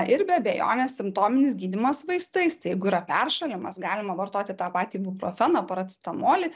ir be abejonės simptominis gydymas vaistais tai jeigu yra peršalimas galima vartoti tą patį ibuprofeną paracetamolį